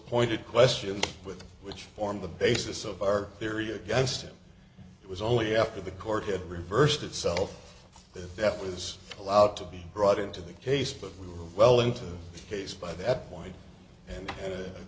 pointed questions with which formed the basis of our theory against him it was only after the court had reversed itself that that was allowed to be brought into the case but we were well into the case by that point and